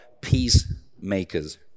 peacemakers